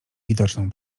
widoczną